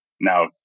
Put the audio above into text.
Now